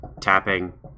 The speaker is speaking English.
tapping